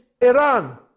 Iran